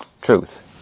truth